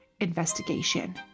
investigation